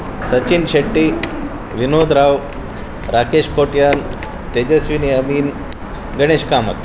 Sachin Shetty Vinod Rao Rakesh Kotian Tejaswini Amin Ganesh Kamath